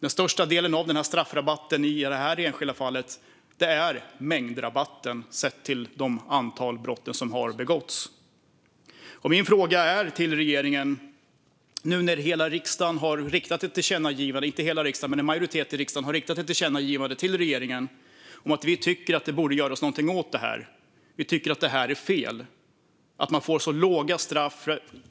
Den största delen av straffrabatten i det här enskilda fallet är mängdrabatten, sett till antalet brott som har begåtts. Nu har hela riksdagen - eller inte hela riksdagen men en majoritet i riksdagen - riktat ett tillkännagivande till regeringen om att något borde göras åt det här. Vi tycker att det är fel att man får så låga straff.